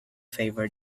favour